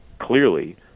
clearly